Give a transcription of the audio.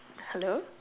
hello